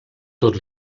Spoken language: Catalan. tot